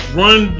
run